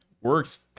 works